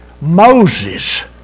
Moses